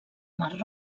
mar